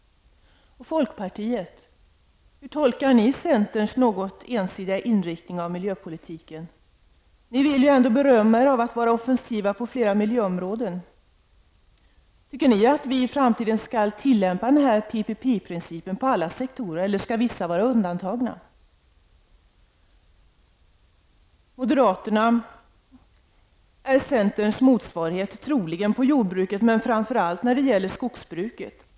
Hur tolkar ni i folkpartiet centerns något ensidiga inriktning av miljöpolitiken? Ni i folkpartiet vill ändå berömma er om att vara offensiva på flera miljöområden. Tycker ni att vi i framtiden skall tillämpa PPP principen på alla sektorer, eller skall vissa vara undantagna? Moderaterna är centerns motsvarighet framför allt inom skogsbruket.